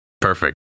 Perfect